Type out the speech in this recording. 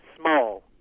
small